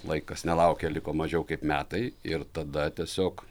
laikas nelaukia liko mažiau kaip metai ir tada tiesiog